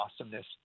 awesomeness